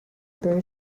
brew